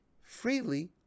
freely